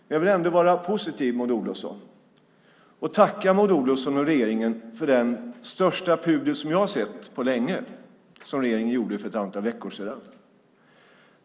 Men jag vill ändå vara positiv, Maud Olofsson, och tacka näringsministern och regeringen för den största pudel som jag har sett på länge, som regeringen gjorde för ett antal veckor sedan.